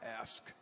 ask